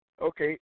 Okay